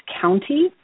county